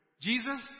Jesus